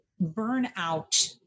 burnout